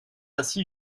ainsi